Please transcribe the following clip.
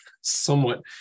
somewhat